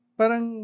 parang